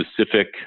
specific